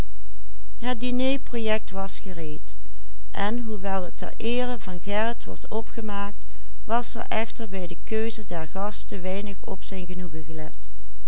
was opgemaakt was er echter bij de keuze der gasten weinig op zijn genoegen